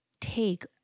take